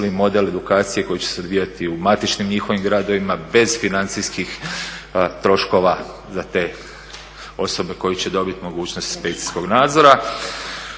model edukacije koji će se odvijati u matičnim njihovim gradovima bez financijskih troškova za te osobe koje će dobiti mogućnost inspekcijskog nadzora.